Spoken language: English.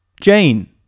Jane